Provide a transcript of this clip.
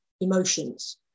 emotions